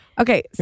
Okay